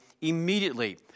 immediately